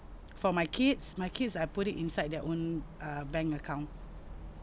for my kids my kids I put it inside their own uh bank account